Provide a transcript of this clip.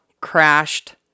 crashed